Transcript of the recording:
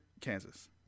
Kansas